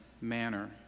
manner